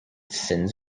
sins